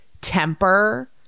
temper